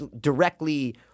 directly